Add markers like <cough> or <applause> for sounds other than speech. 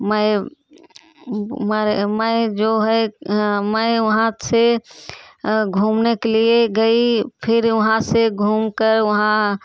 मैं <unintelligible> मैं जो है हँ मैं वहाँ से घूमने क लिए गई फिर वहाँ से घूम कर वहाँ